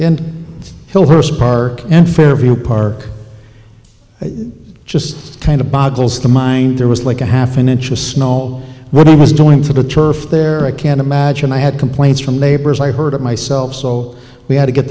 and he'll first park and fairview park just kind of boggles the mind there was like a half an inch of snow what he was doing for the turf there i can't imagine i had complaints from neighbors i heard it myself so we had to get